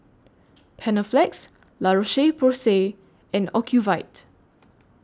Panaflex La Roche Porsay and Ocuvite